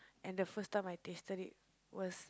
and the first time I tasted it was